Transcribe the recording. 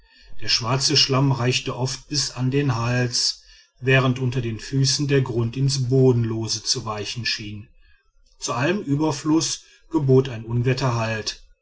der schwarze schlamm reichte oft bis an den hals während unter den füßen der grund ins bodenlose zu weichen schien zu allem überfluß gebot ein unwetter halt